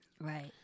Right